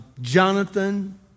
Jonathan